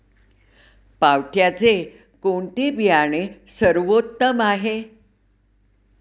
पावट्याचे कोणते बियाणे सर्वोत्तम आहे?